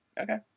Okay